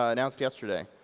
ah announced yesterday.